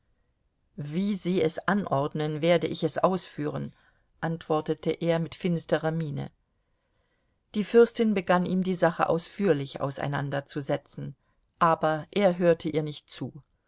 wie sie es anordnen werde ich es ausführen antwortete er mit finsterer miene die fürstin begann ihm die sache ausführlich auseinanderzusetzen aber er hörte ihr nicht zu